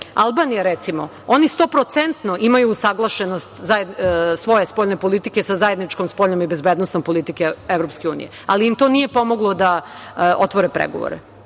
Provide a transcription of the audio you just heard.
Albanija, recimo, oni 100% imaju usaglašenost svoje spoljne politike sa zajedničkom spoljnom i bezbednosnom politikom EU, ali im to nije pomoglo da otvore pregovore,